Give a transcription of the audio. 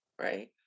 right